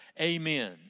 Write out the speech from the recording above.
Amen